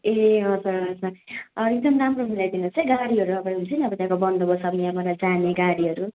ए हजुर हजुर एकदम राम्रो मिलाइदिनु होस् है गाडीहरू अब हुन्छ नि अब त्यहाँको बन्दोबस्त अब यहाँबाट जाने गाडीहरू